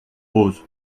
rose